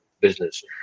business